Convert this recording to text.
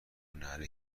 ﺷﯿﺮﺍﻥ